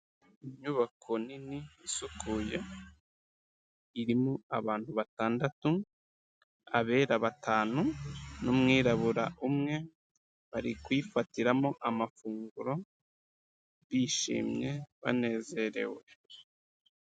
Inyubako nini isukuye, irimo abantu batandatu, abera batanu n'umwirabura umwe, bari kuyifatiramo amafunguro, bishimye, banezerewe.